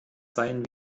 seien